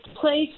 place